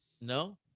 no